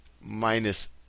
minus